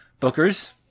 Booker's